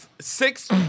six